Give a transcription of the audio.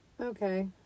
Okay